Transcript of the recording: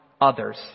others